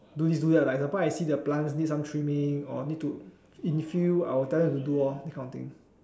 do this do that like example I see the plant need some trimming or need to in fill I will tell them to do all this kind of thing